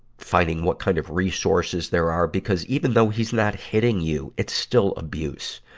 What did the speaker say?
finding what kind of resources there are. because even though he's not hitting you, it's still abuse.